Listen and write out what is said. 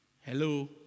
Hello